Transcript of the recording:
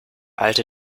alte